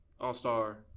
All-star